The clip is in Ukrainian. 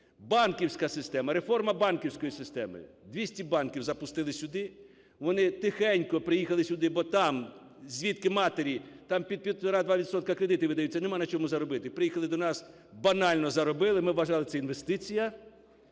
Реформа банківської системи. 200 банків запустили сюди, вони тихенько приїхали сюди, бо там, звідки матері, там під півтора-два відсотки кредити видаються, немає на чому заробити. Приїхали до нас, банально заробили. Ми вважали, це інвестиція,